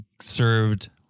served